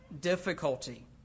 difficulty